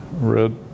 red